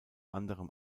anderem